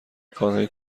کارهای